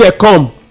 come